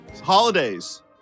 Holidays